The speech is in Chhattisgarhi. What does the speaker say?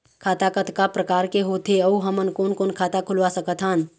खाता कतका प्रकार के होथे अऊ हमन कोन कोन खाता खुलवा सकत हन?